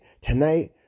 Tonight